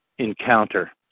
encounter